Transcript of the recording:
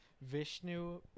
Vishnu